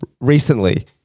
recently